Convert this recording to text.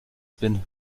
bin